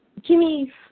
Kimmy